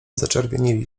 zaczerwienili